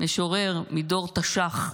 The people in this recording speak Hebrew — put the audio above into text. משורר מדור תש"ח,